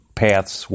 paths